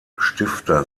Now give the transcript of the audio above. stifter